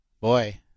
boy